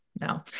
no